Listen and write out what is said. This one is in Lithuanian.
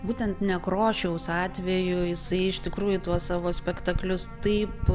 būtent nekrošiaus atveju jisai iš tikrųjų tuos savo spektaklius taip